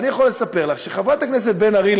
אני יכול לספר לך שחברת הכנסת בן ארי,